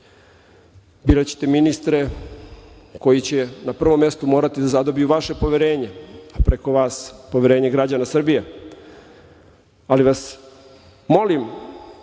Biraćete ministre koji će na prvom mestu morati da zadobiju vaše poverenje, preko vas i poverenje građana Srbije. Ali vas molim,